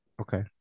Okay